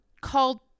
called